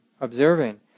observing